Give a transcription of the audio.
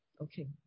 Okay